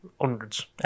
hundreds